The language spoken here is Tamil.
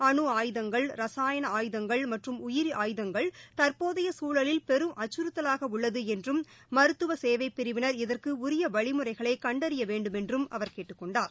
அனு ஆயுதங்கள் ரசாயன ஆயுதங்கள் மற்றும் உயிரி ஆயுதங்கள் தற்போதைய சூழலில் பெரும் அச்கறுத்தலாக உள்ளது என்றும் மருத்துவ சேவைப் பிரிவினா் இதற்கு உரிய வழிமுறைகளை கண்டறிய வேண்டுமென்றும் அவர் கேட்டுக் கொண்டார்